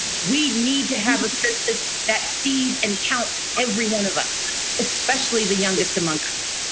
we need to have a census that sees and count every one of us especially the youngest among us.